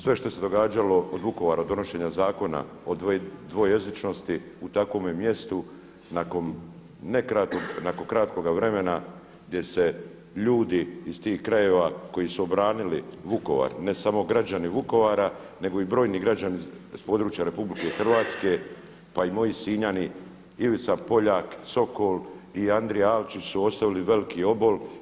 Sve što se događalo od Vukovara od donošenja zakona o dvojezičnosti u takvome mjestu nakon kratkoga vremena gdje se ljudi iz tih krajeva koji su obranili Vukovar, ne samo građani Vukovara nego i brojni građani sa područja RH pa i moji Sinjani Ivica Poljak Sokol i Andrija Alčić su ostavili veliki obol.